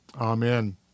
Amen